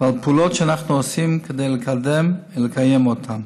ועל הפעולות שאנחנו עושים כדי לקדם ולקיים אותם.